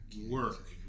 Work